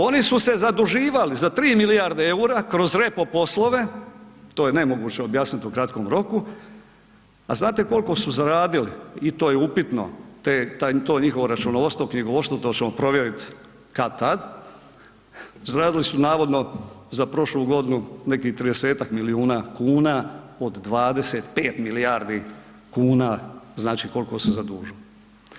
Oni su se zaduživali za 3 milijarde EUR-a kroz …/nerazumljivo/… poslove, to je nemoguće objasnit u kratkom roku, a znate koliko su zaradili i to je upitno to njihovo računovodstvo, knjigovodstvo, to ćemo provjerit kad-tad, zaradili su navodno za prošlu godinu nekih 30-tak milijuna kuna od 25 milijardi kuna znači koliko su se zadužili.